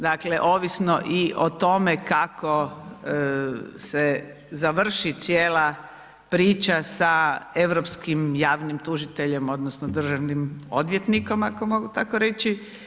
Dakle, ovisno i o tome kako se završi cijela priča sa europskim javnim tužiteljem odnosno državnim odvjetnikom ako mogu tako reći.